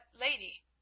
lady